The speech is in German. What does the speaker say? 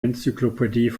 enzyklopädie